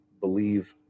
believe